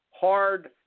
hard